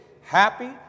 happy